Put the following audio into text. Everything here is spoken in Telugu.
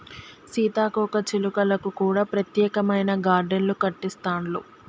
సీతాకోక చిలుకలకు కూడా ప్రత్యేకమైన గార్డెన్లు కట్టిస్తాండ్లు